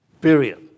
period